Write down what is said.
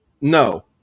no